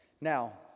Now